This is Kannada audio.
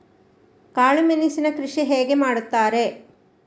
ಕಾಳು ಮೆಣಸಿನ ಕೃಷಿ ಹೇಗೆ ಮಾಡುತ್ತಾರೆ?